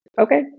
Okay